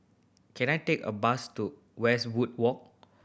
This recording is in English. can I take a bus to Westwood Walk